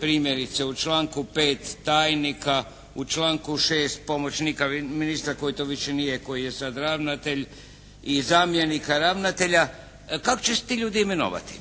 primjerice u članku 5. tajnika, u članku 6. pomoćnika ministra koji to više nije koji je sad ravnatelj i zamjenika ravnatelja kak će se ti ljudi imenovati.